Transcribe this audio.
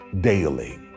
daily